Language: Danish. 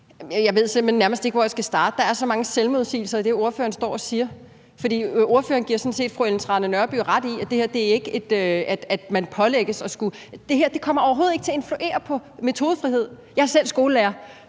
Jeg ved nærmest ikke, hvor jeg skal starte – der er så mange selvmodsigelser i det, ordføreren står og siger, for ordføreren giver sådan set fru Ellen Trane Nørby ret i, at det her ikke betyder, at man pålægges noget. Det her kommer overhovedet ikke til at influere på metodefriheden. Jeg er selv skolelærer,